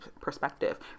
perspective